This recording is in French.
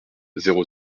zéro